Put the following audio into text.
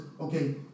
okay